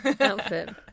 outfit